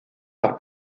par